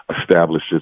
establishes